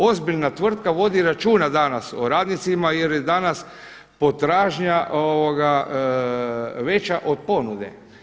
Ozbiljna tvrtka vodi računa danas o radnicima jer je danas potražnja veća od ponude.